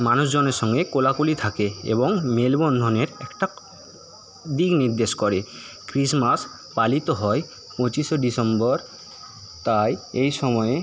মানুষজনের সঙ্গে কুলাকুলি থাকে এবং মেলবন্ধনের একটা দিক নির্দেশ করে ক্রিসমাস পালিত হয় পঁচিশে ডিসেম্বর তাই এই সময়ে